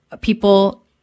people